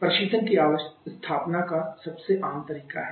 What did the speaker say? प्रशीतन की स्थापना का सबसे आम तरीका है